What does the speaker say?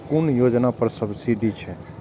कुन योजना पर सब्सिडी छै?